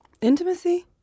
Intimacy